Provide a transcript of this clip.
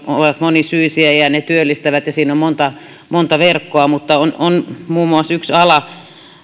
ovat monisyisiä ja ja ne työllistävät ja siinä on monta verkkoa mutta on on muun muassa yksi ala